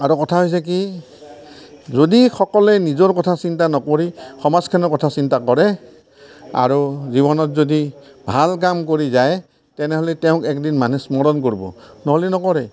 আৰু কথা হৈছে কি যদি সকলোৱে নিজৰ কথা চিন্তা নকৰি সমাজখনৰ কথা চিন্তা কৰে আৰু জীৱনত যদি ভাল কাম কৰি যায় তেনেহ'লে তেওঁক এদিন মানুহে স্মৰণ কৰিব নহ'লে নকৰে